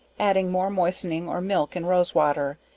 adding more moistening or milk and rose water,